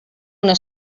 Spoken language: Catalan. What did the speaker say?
una